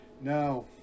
Now